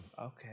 Okay